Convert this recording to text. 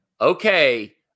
okay